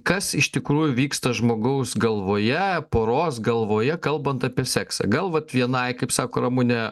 kas iš tikrųjų vyksta žmogaus galvoje poros galvoje kalbant apie seksą gal va vienai kaip sako ramunė